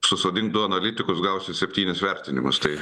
susodink du analitikus gausi septynis vertinimus tai